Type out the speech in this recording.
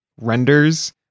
renders